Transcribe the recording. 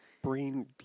Brain